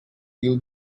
new